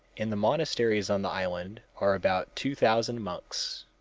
in, the monasteries on the island are about two thousand monks.